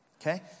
okay